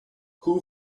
who